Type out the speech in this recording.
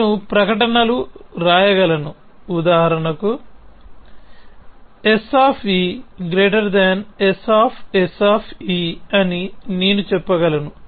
నేను ప్రకటనలు రాయగలను ఉదాహరణకు SSS అని నేను చెప్పగలను